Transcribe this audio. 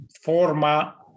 forma